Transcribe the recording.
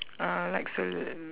uh likes to